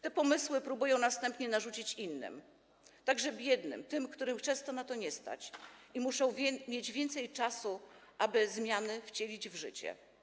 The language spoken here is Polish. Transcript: Te pomysły próbują następnie narzucić innym, także biednym, tym, których często na to nie stać, i którzy muszą mieć więcej czasu, aby zmiany wcielić w życie.